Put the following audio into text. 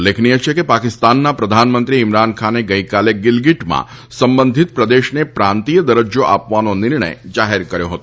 ઉલ્લેખનિય છે કે પાકિસ્તાનના પ્રધાનમંત્રી ઈમરાન ખાને ગઈકાલે ગિલગિટમાં સંબંધીત પ્રદેશને પ્રાંતિય દરજ્જો આપવાનો નિર્ણય જાહેર કર્યો હતો